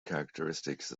characteristics